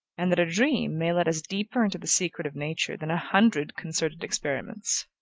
and that a dream may let us deeper into the secret of nature than a hundred concerted experiments.